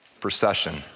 procession